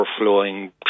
overflowing